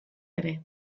ere